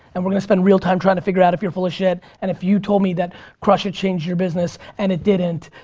and we're gonna spend real time trying to figure out if you're full of shit and if you told me that crush it! changed your business and it didn't,